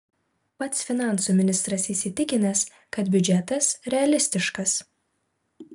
pats finansų ministras įsitikinęs kad biudžetas realistiškas